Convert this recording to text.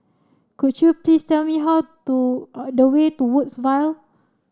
could you please tell me how to the way to Woodsville